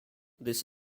this